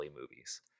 movies